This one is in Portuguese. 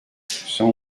são